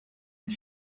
his